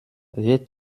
wir